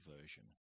version